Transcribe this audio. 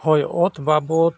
ᱦᱳᱭ ᱚᱛ ᱵᱟᱵᱚᱛ